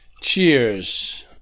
Cheers